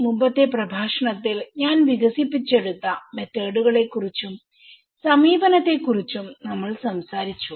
മുമ്പത്തെ പ്രഭാഷണത്തിൽ ഞാൻ വികസിപ്പിച്ചെടുത്ത മെതോഡുകളെ കുറിച്ചും സമീപനത്തെ കുറിച്ചും നമ്മൾ സംസാരിച്ചു